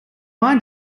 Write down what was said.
mind